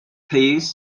plays